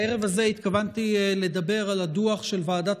הערב הזה התכוונתי לדבר על הדוח של ועדת